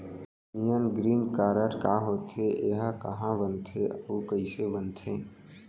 Union green card का होथे, एहा कहाँ बनथे अऊ कइसे बनथे?